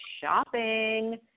shopping